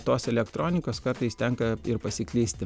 tos elektronikos kartais tenka ir pasiklysti